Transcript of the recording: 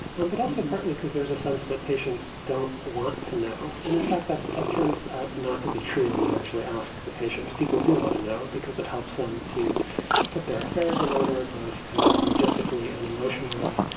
and but also partly because there's a sense that patients don't want to know. and in fact, that that turns out not to be true when you actually ask the patients. people do want to know because it helps them to put their affairs in order, both kind of logistically and emotionally,